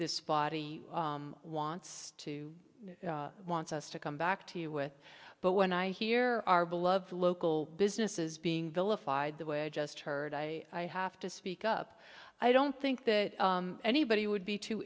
this body wants to wants us to come back to you with but when i hear our beloved local businesses being vilified the way i just heard i have to speak up i don't think that anybody would be too